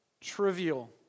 trivial